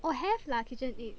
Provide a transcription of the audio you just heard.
oh have lah KitchenAid